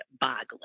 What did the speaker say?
boggling